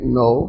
no